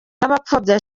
n’abapfobya